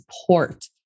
support